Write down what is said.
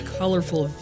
colorful